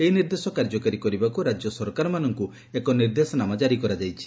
ଏହି ନିର୍ଦ୍ଦେଶ କାର୍ଯ୍ୟକାରୀ କରିବାକୁ ରାକ୍ୟ ସରକାରମାନଙ୍କୁ ଏକ ନିର୍ଦ୍ଦେଶାନାମା ଜାରି କରାଯାଇଛି